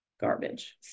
garbage